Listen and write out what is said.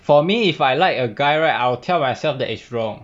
for me if I like a guy right I will tell myself that it's wrong